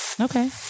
Okay